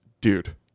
Dude